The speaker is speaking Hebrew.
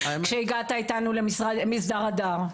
כשהגעת איתנו ל"מסדר הדר".